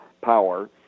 power